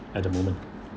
at the moment